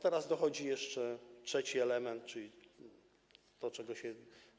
Teraz dochodzi jeszcze trzeci element, czyli to, czego się